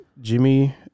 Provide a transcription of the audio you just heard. Jimmy